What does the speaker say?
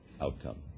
outcome